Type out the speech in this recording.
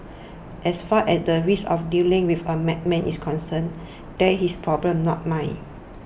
as far as the risk of dealing with a madman is concerned that's his problem not mine